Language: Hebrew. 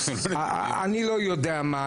אני לא יודע מה.